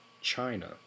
China